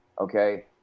okay